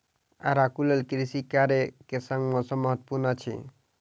आड़ूक लेल कृषि कार्य के संग मौसम महत्वपूर्ण अछि